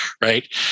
right